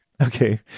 Okay